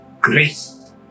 grace